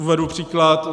Uvedu příklad.